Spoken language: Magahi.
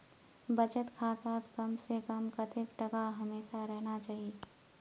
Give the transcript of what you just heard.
बचत खातात कम से कम कतेक टका हमेशा रहना चही?